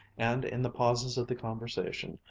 and, in the pauses of the conversation,